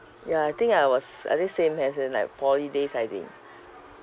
ya I think I was I think same as in like poly days I think